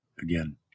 again